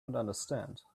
understand